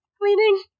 cleaning